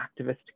activist